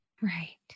Right